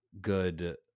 good